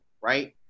Right